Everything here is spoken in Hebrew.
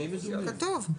כתוב,